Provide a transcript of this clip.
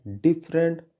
different